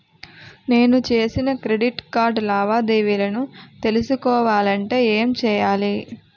నేను చేసిన credit card లావాదేవీలను తెలుసుకోవాలంటే ఏం చేయాలి?